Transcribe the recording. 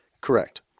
Correct